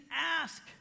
ask